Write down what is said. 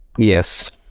Yes